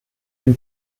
den